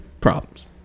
problems